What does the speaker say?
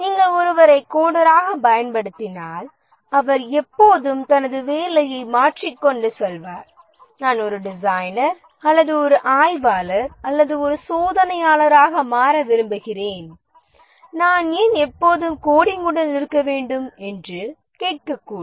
நீங்கள் ஒருவரை கோடராகப் பயன்படுத்தினால் அவர் எப்போதும் தனது வேலையை மாற்றிக்கொண்டு சொல்வார் நான் ஒரு டிசைனர் அல்லது ஒரு ஆய்வாளர் அல்லது ஒரு சோதனையாளராக மாற விரும்புகிறேன் நான் ஏன் எப்போதும் கோடிங்குடன் இருக்க என்று கேட்க கூடும்